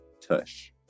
tush